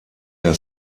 der